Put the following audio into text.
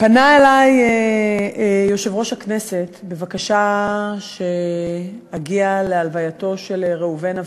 פנה אלי יושב-ראש הכנסת בבקשה שאגיע להלווייתו של ראובן אבירם,